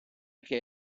che